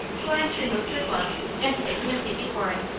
florence removed her gloves, and taking a seat before it,